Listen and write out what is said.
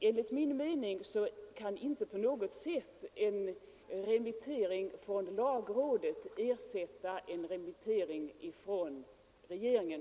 Enligt min mening kan alltså en remiss från utskottet inte på något sätt ersätta en remiss från regeringen.